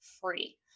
free